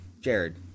Jared